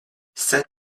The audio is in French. sept